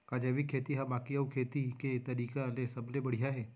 का जैविक खेती हा बाकी अऊ खेती के तरीका ले सबले बढ़िया हे?